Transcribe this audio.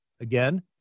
Again